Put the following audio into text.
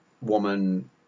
woman